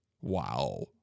Wow